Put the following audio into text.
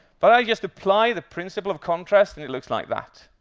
but i just apply the principle of contrast, and it looks like that,